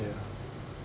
ya